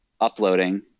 uploading